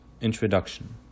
Introduction